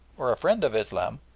or a friend of islam,